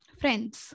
friends